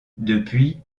depuis